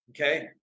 Okay